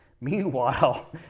Meanwhile